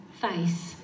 face